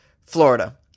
Florida